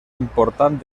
important